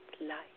light